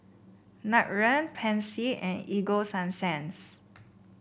Nutren Pansy and Ego Sunsense